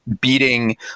beating